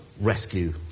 rescue